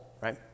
Right